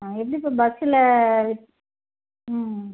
எப்படி இப்போ பஸ்ஸில் ம்